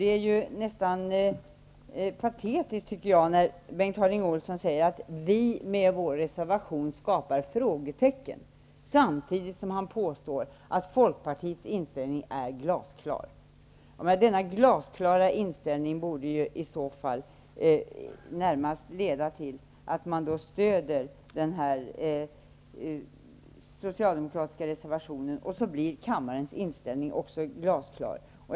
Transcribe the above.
Det är nästan patetiskt när Bengt Harding Olson säger att vi socialdemokrater, med vår reservation, skapar frågetecken, samtidigt som han påstår att Folkpartiets inställning är glasklar. Denna glasklara inställning borde i så fall närmast leda till ett stöd för den socialdemokratiska reservationen. Därmed skulle också kammarens inställning bli glasklar.